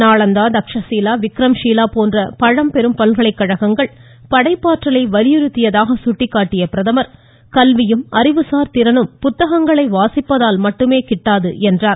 நாளந்தா தக்சஷீலா விக்ரம்ஷீலா போன்ற பழம் சிறப்பு மிக்க பல்கலைகழகங்கள் படைப்பாற்றலை வலியுறுத்தியதாக சுட்டிக்காட்டிய பிரதமர் கல்வியும் அறிவுசார் திறனும் புத்தகங்களை வாசிப்பதால் மட்டுமே கிட்டாது என்றார்